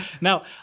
Now